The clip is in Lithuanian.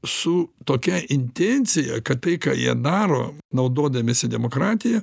su tokia intencija kad tai ką jie daro naudodamiesi demokratija